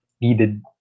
needed